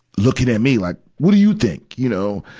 looking at me, like, what do you think, you know.